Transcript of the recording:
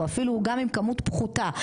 או אפילו גם אם כמות פחותה,